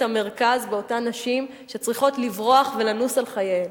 המרכז באותן נשים שצריכות לברוח ולנוס על חייהן.